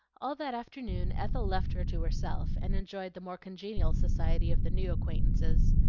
all that afternoon ethel left her to herself, and enjoyed the more congenial society of the new acquaintances.